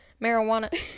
marijuana